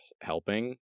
helping